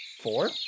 Four